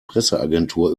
presseagentur